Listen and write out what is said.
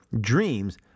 dreams